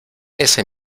ese